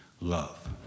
love